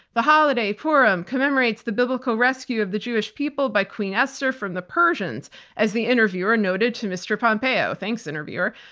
the holiday forum commemorates the biblical rescue of the jewish people by queen esther from the persians as the interviewer noted to mr. pompeo. thanks interviewer.